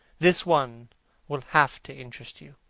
this one will have to interest you.